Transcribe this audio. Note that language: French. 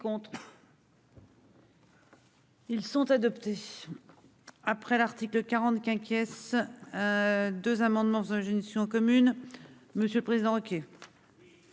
Ils sont adoptés.